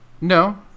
No